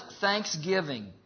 thanksgiving